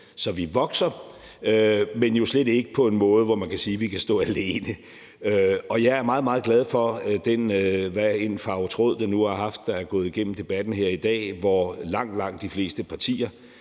Så vi vokser, men jo slet ikke på en måde, hvor man kan sige, at vi kan stå alene. Jeg er meget, meget glad for den tråd – hvilken farve den end måtte have – der er gået igennem debatten her i dag, hvor langt de fleste partier